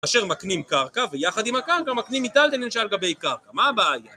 אשר מקנים קרקע, ויחד עם הקרקע מקנים מטלטלין של גבי קרקע, מה הבעיה?